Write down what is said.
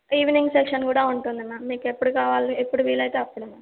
evening session కూడా ఉంటుంది ma'am మీకు ఎప్పుడు కావాలి ఎప్పుడు వీలైతే అప్పుడ